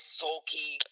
sulky